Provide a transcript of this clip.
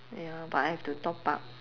ya but I have to top up